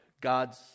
God's